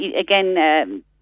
again